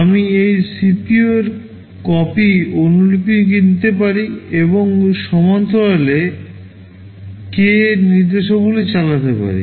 আমি এই CPU এর কপি কিনতে পারি এবং সমান্তরালে কে নির্দেশাবলী চালাতে পারি